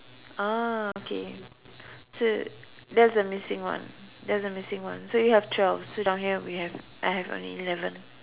ah okay so that's the missing one that's the missing one so you have twelve so down here we have I have only eleven